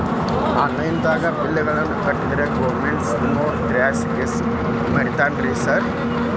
Online ದಾಗ bill ಗಳನ್ನಾ ಕಟ್ಟದ್ರೆ ಗೋರ್ಮೆಂಟಿನೋರ್ ಟ್ಯಾಕ್ಸ್ ಗೇಸ್ ಮುರೇತಾರೆನ್ರಿ ಸಾರ್?